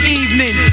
evening